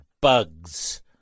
bugs